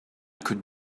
could